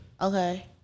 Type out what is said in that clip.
Okay